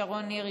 שרון ניר,